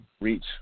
reach